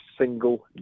single